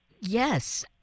Yes